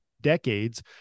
decades